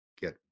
get